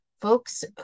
folks